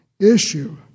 issue